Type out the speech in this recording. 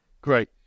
Great